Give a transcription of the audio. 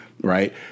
right